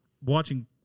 watching